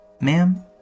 Ma'am